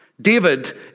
David